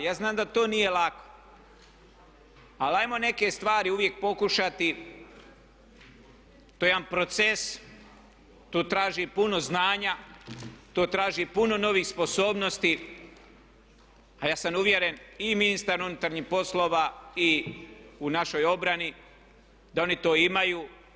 Ja znam da to nije lako, ali hajmo neke stvari uvijek pokušati to je jedan proces, to traži puno znanja, to traži puno novih sposobnosti, a ja sam uvjeren i ministar unutarnjih poslova i u našoj obrani da oni to imaju.